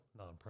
nonprofit